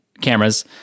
cameras